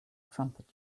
trumpet